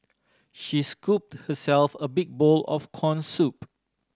she scooped herself a big bowl of corn soup